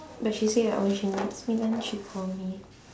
but she say uh when she needs me then call me